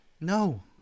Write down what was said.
No